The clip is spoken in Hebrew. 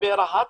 לגבי רהט,